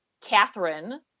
Catherine